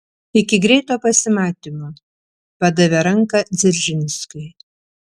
iki greito pasimatymo padavė ranką dzeržinskiui